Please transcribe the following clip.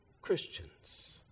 Christians